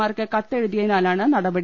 mark കത്തെഴുതിയതിനാണ് നട പടി